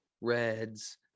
reds